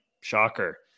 Shocker